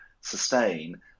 sustain